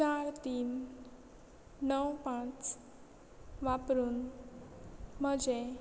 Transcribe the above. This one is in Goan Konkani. चार तीन णव पांच वापरून म्हजें